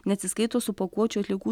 neatsiskaito su pakuočių atliekų